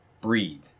breathe